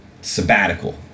sabbatical